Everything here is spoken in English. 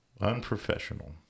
unprofessional